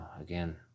again